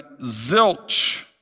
zilch